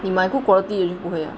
你买 good quality 的就不会了